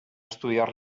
estudiar